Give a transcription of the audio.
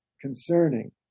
concerning